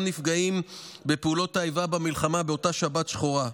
נפגעים בפעולות האיבה במלחמה באותה שבת שחורה,